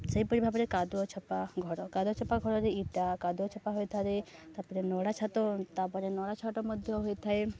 ସେହିପରି ଭାବରେ କାଦୁଅଛପା ଘର କାଦୁଅଛପା ଘରରେ ଇଟା କାଦୁଅଛପା ହୋଇଥାଏ ତାପରେ ନଡ଼ା ଛାଟ ତାପରେ ନଡ଼ା ଛାଟ ମଧ୍ୟ ହୋଇଥାଏ